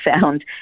found